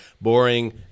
boring